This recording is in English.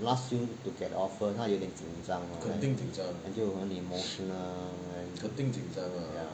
last few to get a offer 他有点紧张 like